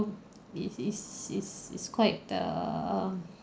is is is is quite err